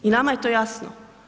I nama je to jasno.